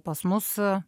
pas mus